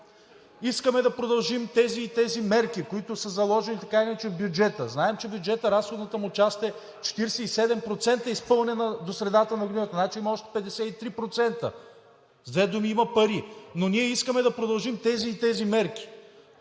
искаме да продължим тези и тези мерки, които са заложени така или иначе в бюджета, знаем, че на бюджета разходната му част е 47%, изпълнена до средата на годината, значи има още 53%. С две думи, има пари. Но ние искаме да продължим тези и тези мерки.